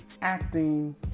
acting